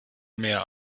mehr